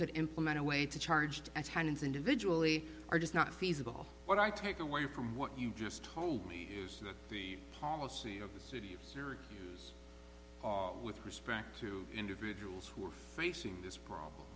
could implement a way to charged attendance individual e are just not feasible what i take away from what you've just told me is that the policy of the city of syracuse with respect to individuals who are facing this problem